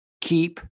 keep